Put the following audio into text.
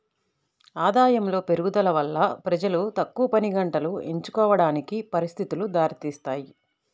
ఆదాయములో పెరుగుదల వల్ల ప్రజలు తక్కువ పనిగంటలు ఎంచుకోవడానికి పరిస్థితులు దారితీస్తాయి